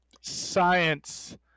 science